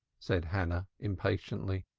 said hannah, impatiently.